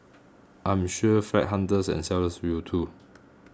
I am sure flat hunters and sellers will too